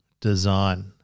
design